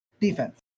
defense